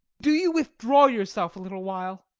do you withdraw yourself a little while,